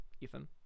ethan